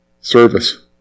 Service